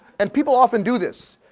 and people often do this.